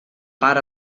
part